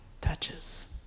touches